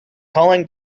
calling